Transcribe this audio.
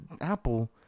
apple